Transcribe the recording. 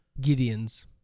Gideons